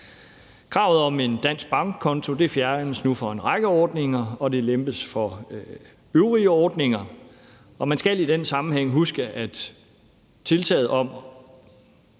Kravet om en dansk bankkonto fjernes nu for en række ordninger, og det lempes for øvrige ordninger. Man skal i den sammenhæng huske, at kravet om